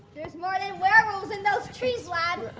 there's more than werewolves in those trees lad.